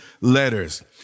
letters